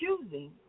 choosing